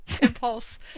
impulse